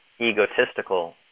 egotistical